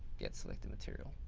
get selected material.